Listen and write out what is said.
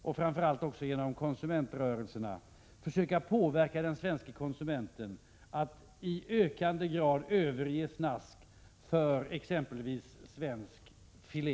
och framför allt också genom konsumentrörelserna försöka få den svenske konsumenten att i ökande grad överge snask till förmån för exempelvis svensk filé?